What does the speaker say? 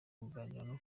kuganira